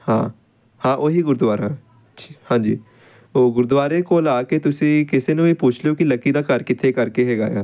ਹਾਂ ਹਾਂ ਉਹੀ ਗੁਰਦੁਆਰਾ ਛ ਹਾਂਜੀ ਉਹ ਗੁਰਦੁਆਰੇ ਕੋਲ ਆ ਕੇ ਤੁਸੀਂ ਕਿਸੇ ਨੂੰ ਵੀ ਪੁੱਛ ਲਉ ਕਿ ਲੱਕੀ ਦਾ ਘਰ ਕਿੱਥੇ ਕਰਕੇ ਹੈਗਾ ਏ ਆ